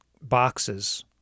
boxes